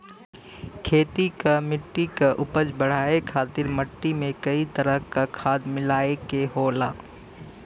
खेती क मट्टी क उपज बढ़ाये खातिर मट्टी में कई तरह क खाद मिलाये के होला